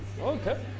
okay